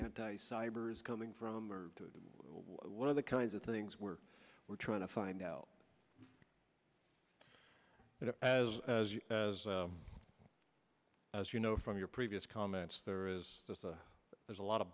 anti cyber is coming from or what are the kinds of things we're we're trying to find out as as you as you know from your previous comments there is this a there's a lot of